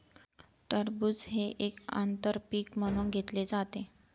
टरबूज हे एक आंतर पीक म्हणून घेतले जाते